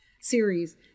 series